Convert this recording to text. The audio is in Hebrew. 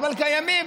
אבל קיימים.